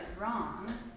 wrong